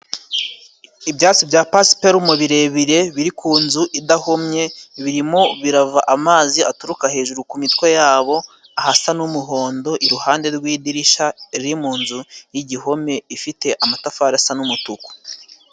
Ibyatsi bya pasiparume birebire, biri ku nzu idahomye, birimo birava amazi aturuka hejuru ku mitwe yabo, ahasa n'umuhondo, iruhande rw'idirishya riri mu nzu y'igihome ifite amatafari asa n'umutuku.